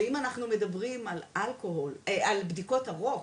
ואם אנחנו מדברים על בדיקות הרוק,